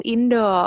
Indo